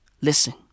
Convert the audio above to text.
Listen